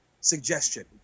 suggestion